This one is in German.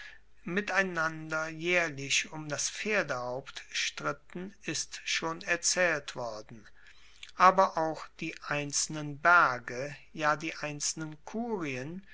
miteinander jaehrlich um das pferdehaupt stritten ist schon erzaehlt worden aber auch die einzelnen berge ja die einzelnen kurien